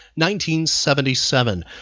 1977